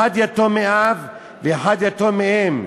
אחד יתום מאב ואחד יתום מאם.